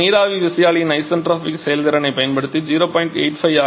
பின்னர் நீராவி விசையாழியின் ஐசென்ட்ரோபிக் செயல்திறனைப் பயன்படுத்தி 0